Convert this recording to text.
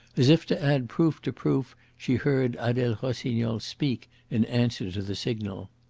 as if to add proof to proof, she heard adele rossignol speak in answer to the signal.